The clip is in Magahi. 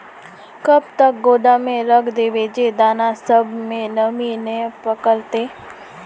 कब तक गोदाम में रख देबे जे दाना सब में नमी नय पकड़ते?